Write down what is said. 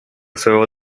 своего